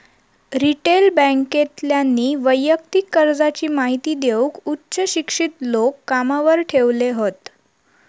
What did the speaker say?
retail बॅन्केतल्यानी वैयक्तिक कर्जाची महिती देऊक उच्च शिक्षित लोक कामावर ठेवले हत